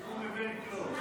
הוא לא מבין כלום.